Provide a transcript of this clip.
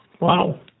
Wow